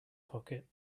pocket